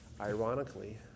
ironically